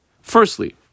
Firstly